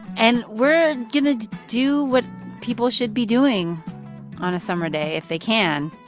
and we're going to do what people should be doing on a summer day if they can.